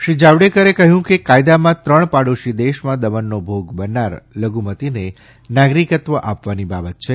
શ્રી જાવડેકરે કહ્યુંકે કાયદામાં ત્રણ પડોશી દેશમાં દમનનો ભોગ બનનાર લધુમતિને નાગરીકત્વ આપવાની બાબત છે